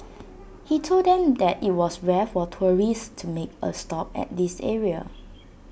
he told them that IT was rare for tourists to make A stop at this area